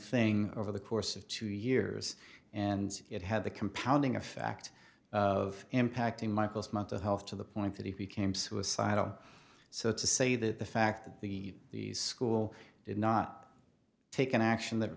thing over the course of two years and it had the compounding effect of impacting michael's mental health to the point that he became suicidal so to say that the fact that the school did not take an action th